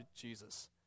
Jesus